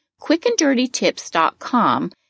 quickanddirtytips.com